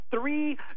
three